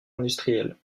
industriel